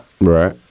Right